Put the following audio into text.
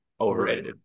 Overrated